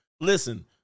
Listen